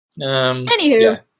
Anywho